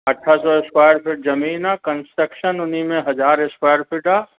अठ सौ square feet ज़मीन आहे कंस्ट्रक्शन हुन में हज़ार स्क्वेर फ़िट आहे